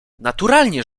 naturalnie